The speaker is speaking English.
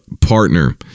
partner